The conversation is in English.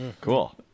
Cool